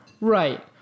Right